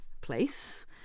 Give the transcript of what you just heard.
place